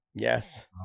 Yes